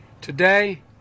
Today